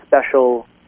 special